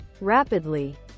rapidly